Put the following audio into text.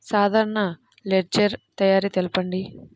సాధారణ లెడ్జెర్ తయారి తెలుపండి?